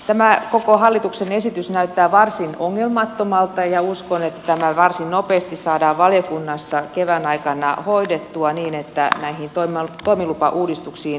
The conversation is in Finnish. tämä koko hallituksen esitys näyttää varsin ongelmattomalta ja uskon että tämä varsin nopeasti saadaan valiokunnassa kevään aikana hoidettua niin että näihin toimilupauudistuksiin mahdollisimman nopeasti päästään